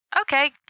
Okay